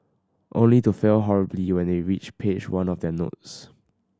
only to fail horribly when they reach page one of their notes